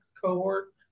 cohort